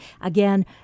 Again